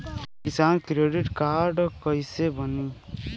किसान credit card कइसे बानी?